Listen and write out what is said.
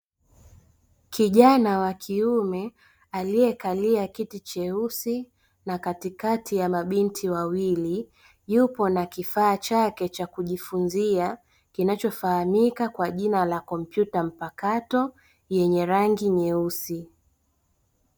Kijana wa kiume aliyekalia kiti cheusi, katikati ya mabinti wawili, yupo na kifaa chake cha kujifunza kinachofahamika kwa jina la kompyuta mpakato yenye rangi nyeusi.